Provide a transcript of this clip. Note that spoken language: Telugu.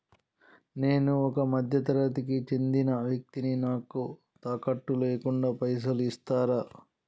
నేను ఒక మధ్య తరగతి కి చెందిన వ్యక్తిని నాకు తాకట్టు లేకుండా పైసలు ఇస్తరా?